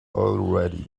already